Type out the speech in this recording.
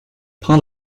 part